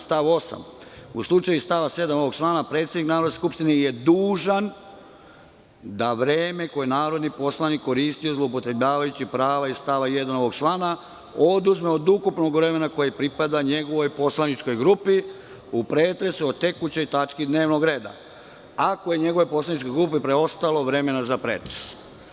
Stav 8. – u slučaju iz stava 7. ovog člana predsednik Narodne skupštine je dužan da vreme koje je narodni poslanik koristio zloupotrebljavajući prava iz 1.ovog člana oduzme od ukupnog vremena koje pripada njegovoj poslaničkoj grupi u pretresu o tekućoj tački dnevnog reda, ako je njegovoj poslaničkoj grupi preostalo vremena za pretres.